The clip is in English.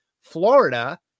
Florida